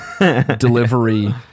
delivery